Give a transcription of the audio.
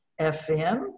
FM